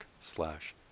slash